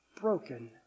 broken